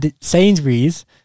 Sainsbury's